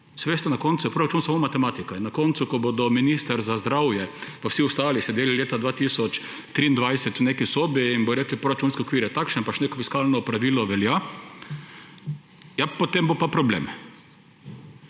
Saj veste, na koncu je proračun samo matematika. In na koncu, ko bodo minister za zdravje pa vsi ostali sedeli leta 2023 v neki sobi in bodo rekli, proračunski okvir je takšen pa še neko fiskalno pravilo velja; ja, potem bo pa problem.